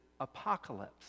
apocalypse